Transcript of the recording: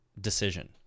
decision